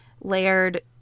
layered